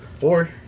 four